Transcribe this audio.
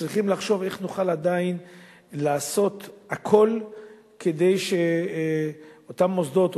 צריכים לחשוב איך נוכל עדיין לעשות הכול כדי שאותם מוסדות,